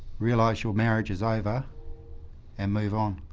realise your marriage is over and move on.